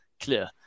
clear